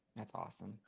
that's awesome.